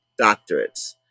doctorates